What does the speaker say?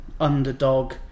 underdog